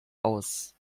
aus